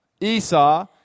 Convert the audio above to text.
Esau